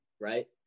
right